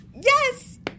Yes